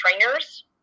trainers